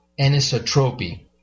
anisotropy